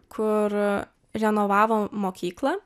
kur renovavo mokyklą